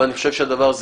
אבל אני חושב שהדבר הזה,